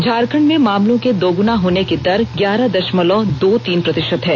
झारखंड में मामलों के दोगुना होने की देर ग्यारह दषमलव दो तीन प्रतिषत है